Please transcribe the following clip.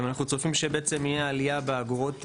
אנחנו צופים שתהיה עלייה באגרות,